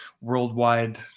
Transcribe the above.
worldwide